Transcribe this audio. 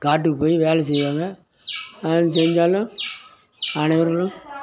காட்டுக்கு போய் வேலை செய்வாங்க வேலை செஞ்சாலும் அனைவர்களும்